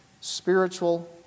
spiritual